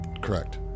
Correct